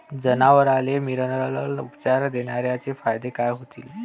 जनावराले मिनरल उपचार देण्याचे फायदे काय होतीन?